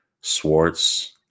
Swartz